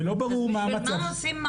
ולא ברור מה המצב --- אני לא מבינה,